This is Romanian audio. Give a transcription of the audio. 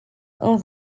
îmi